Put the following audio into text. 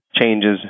changes